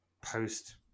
post